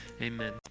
Amen